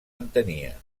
entenia